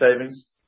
savings